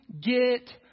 get